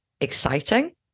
exciting